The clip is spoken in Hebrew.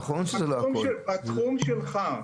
בתחום שלך.